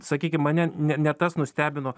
sakykim mane ne ne tas nustebino